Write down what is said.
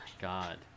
God